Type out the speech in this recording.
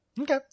Okay